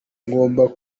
ngomba